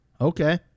Okay